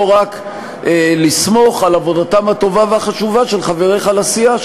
רק לסמוך על עבודתם הטובה והחשובה של חבריך לסיעה,